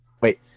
Wait